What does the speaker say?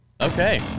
Okay